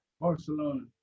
Barcelona